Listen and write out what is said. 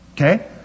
Okay